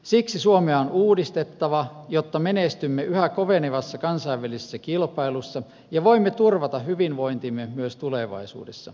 siksi suomea on uudistettava jotta menestymme yhä kovenevassa kansainvälisessä kilpailussa ja voimme turvata hyvinvointimme myös tulevaisuudessa